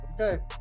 Okay